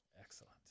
Excellent